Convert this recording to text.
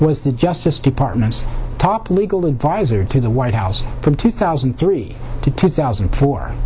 was the justice department's top legal advisor to the white house from two thousand and three to two thousand and four